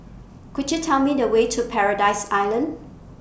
Could YOU Tell Me The Way to Paradise Island